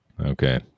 Okay